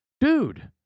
dude